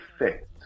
effect